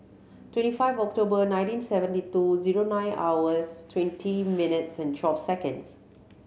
twenty five October nineteen seventy two zero nine hours twenty minutes and twelve seconds